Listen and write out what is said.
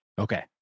Okay